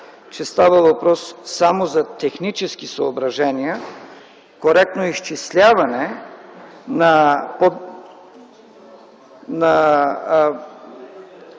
че става въпрос само за технически съображения – коректно изчисляване на